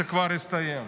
שכבר הסתיימה.